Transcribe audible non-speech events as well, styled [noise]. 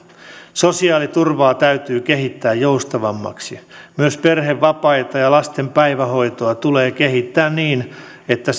sosiaaliturvaa täytyy kehittää joustavammaksi myös perhevapaita ja lasten päivähoitoa tulee kehittää niin että [unintelligible]